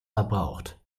verbraucht